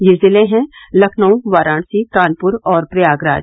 ये जिले हैं लखनऊ वाराणसी कानपुर और प्रयागराज